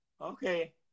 Okay